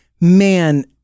man